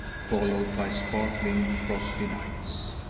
followed by sparkling, frosty nights.